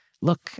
look